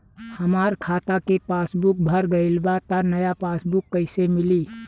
हमार खाता के पासबूक भर गएल बा त नया पासबूक कइसे मिली?